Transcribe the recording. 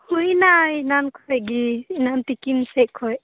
ᱦᱩᱭᱱᱟ ᱮᱱᱟᱱ ᱠᱷᱚᱡ ᱜᱮ ᱮᱱᱟᱱ ᱛᱤᱠᱤᱱ ᱥᱮᱡ ᱠᱷᱚᱡ